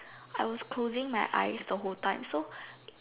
I was closing my eyes the whole time so